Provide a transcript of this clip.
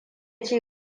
ci